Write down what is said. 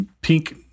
pink